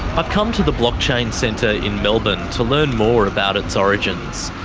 i've come to the blockchain centre in melbourne to learn more about its origins.